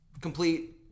complete